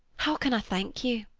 how can i thank you?